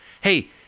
Hey